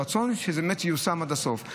רצון שזה באמת ייושם עד הסוף.